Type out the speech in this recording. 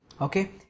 okay